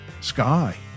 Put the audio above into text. Sky